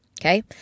okay